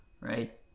right